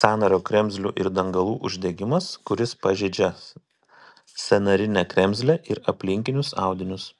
sąnario kremzlių ir dangalų uždegimas kuris pažeidžia sąnarinę kremzlę ir aplinkinius audinius